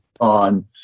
on